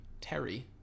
terry